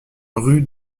rue